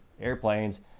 airplanes